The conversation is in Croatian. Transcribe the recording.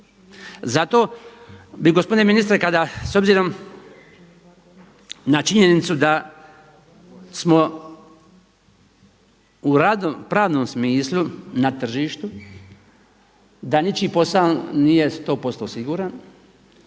Zato bih gospodine ministre kada s obzirom na činjenicu da smo u pravnom smislu na tržištu, da ničiji posao nije 100% siguran,